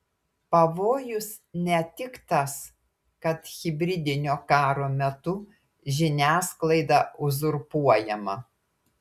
pavojus ne tik tas kad hibridinio karo metu žiniasklaida uzurpuojama